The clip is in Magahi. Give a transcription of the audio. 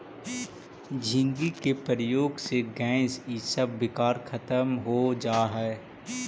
झींगी के प्रयोग से गैस इसब विकार खत्म हो जा हई